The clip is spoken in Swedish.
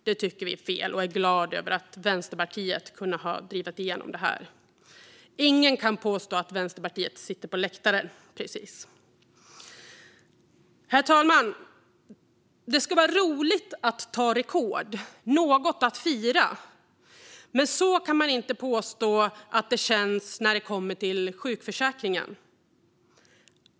Det tycker vi är fel, och jag är glad för att Vänsterpartiet har kunnat driva igenom det här. Ingen kan påstå att Vänsterpartiet sitter på läktaren, precis. Herr talman! Det ska vara roligt att slå rekord - något att fira. Men så kan man inte påstå att det känns när det kommer till sjukförsäkringen.